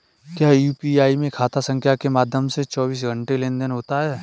क्या यू.पी.आई में खाता संख्या के माध्यम से चौबीस घंटे लेनदन होता है?